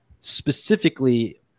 specifically